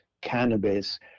cannabis